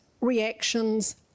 reactions